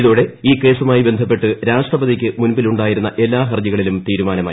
ഇതോടെ ഈ കേസുമായി ബന്ധപ്പെട്ട് രാഷ്ട്രപതിയ്ക്ക് മുൻപിലുണ്ടായിരുന്ന എല്ലാ ഹർജികളിലും തീരുമാനമായി